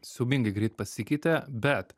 siaubingai greit pasikeitė bet